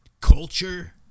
culture